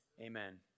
Amen